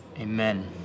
Amen